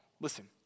Listen